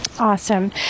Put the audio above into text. Awesome